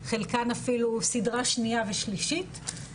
חלקן אפילו סידרה שנייה ושלישית.